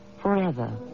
forever